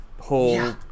whole